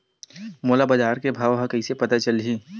मोला बजार के भाव ह कइसे पता चलही?